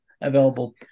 available